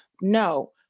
no